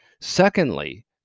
Secondly